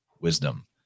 wisdom